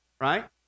right